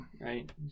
right